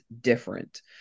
different